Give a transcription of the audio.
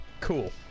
Cool